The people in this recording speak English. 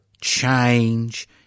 change